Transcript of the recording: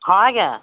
ହଁ ଆଜ୍ଞା